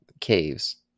caves